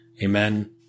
Amen